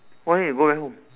why need go back home